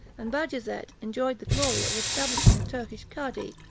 and bajazet enjoyed the glory of establishing a turkish cadhi,